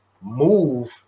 move